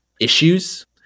issues